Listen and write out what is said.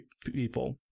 people